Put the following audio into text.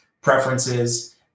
preferences